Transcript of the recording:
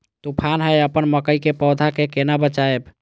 तुफान है अपन मकई के पौधा के केना बचायब?